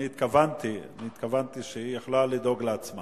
אני התכוונתי שהיא היתה יכולה לדאוג לעצמה.